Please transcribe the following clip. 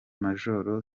majoro